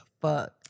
fuck